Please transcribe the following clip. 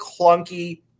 clunky